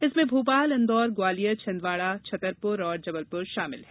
इसमें भोपाल इन्दौर ग्वालियर छिंदवाड़ा छतरपुर और जबलपुर शामिल है